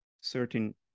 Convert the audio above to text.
certain